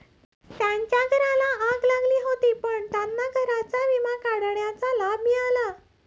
त्यांच्या घराला आग लागली होती पण त्यांना घराचा विमा काढण्याचा लाभ मिळाला